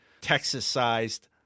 Texas-sized